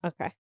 Okay